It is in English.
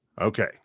Okay